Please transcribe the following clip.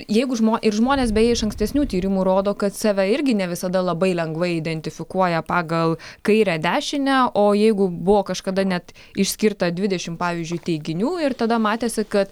jeigu žmo ir žmonės beje iš ankstesnių tyrimų rodo kad save irgi ne visada labai lengvai identifikuoja pagal kairę dešinę o jeigu buvo kažkada net išskirta dvidešim pavyzdžiui teiginių ir tada matėsi ka